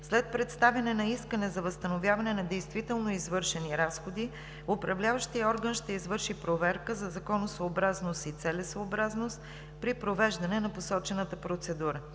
След представяне на искане за възстановяване на действително извършени разходи управляващият орган ще извърши проверка за законосъобразност и целесъобразност при провеждане на посочената процедура.